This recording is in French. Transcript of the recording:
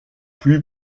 plus